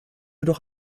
durch